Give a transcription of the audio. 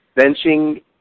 Benching